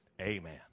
amen